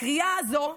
הקריאה הזו,